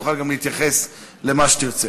אז תוכל להתייחס למה שתרצה.